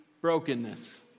brokenness